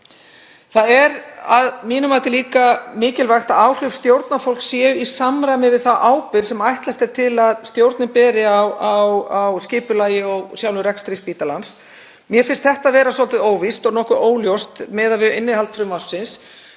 Það er að mínu mati líka mikilvægt að áhrif stjórnarfólks séu í samræmi við þá ábyrgð sem ætlast er til að stjórnin beri á skipulagi og sjálfum rekstri spítalans. Mér finnst þetta vera svolítið óvíst og nokkuð óljóst miðað við innihald frumvarpsins,